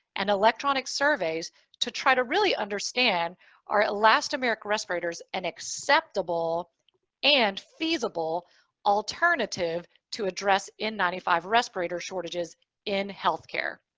and electronic surveys to try to really understand are elastomeric respirators an acceptable and feasible alternative to address n nine five respirator shortages in healthcare.